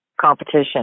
competition